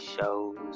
shows